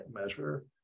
measure